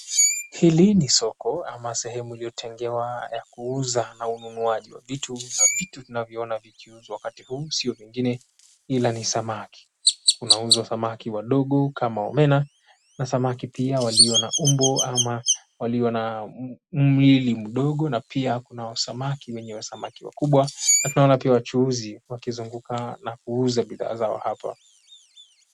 Hili ni soko ama sehemu iliyotengewa ya kuuza na ununuaji wa vitu na vitu tunavyoona vikiuzwa wakati huu sio vingine ila ni samaki. Kunauzwa samaki wadogo kama omena na samaki pia walio na umbo ama walio na mwili mdogo na pia kuna samaki wenye wa samaki wakubwa na tunaona pia wachuuzi wakizunguka na kuuza bidhaa zao hapa.